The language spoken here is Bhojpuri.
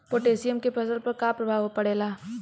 पोटेशियम के फसल पर का प्रभाव पड़ेला?